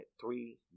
three